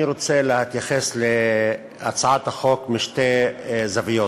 אני רוצה להתייחס להצעת החוק משתי זוויות.